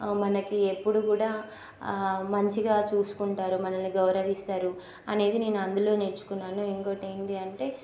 మనకి ఎప్పుడూ కూడా మంచిగా చూసుకుంటారు మనల్ని గౌరవిస్తారు అనేది నేను అందులో నేర్చుకున్నాను ఇంకోటి ఏంటి అంటే